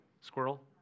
squirrel